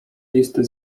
listy